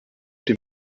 dem